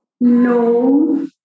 No